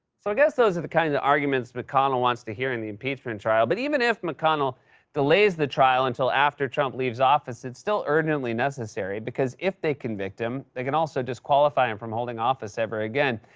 so, i guess those are the kind of arguments mcconnell wants to hear in the impeachment and trial. but even if mcconnell delays the trial until after trump leaves office, it's still urgently necessary, because if they convict him, they can also disqualify him from holding office ever again.